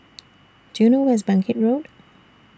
Do YOU know Where IS Bangkit Road